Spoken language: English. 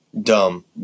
dumb